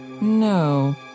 No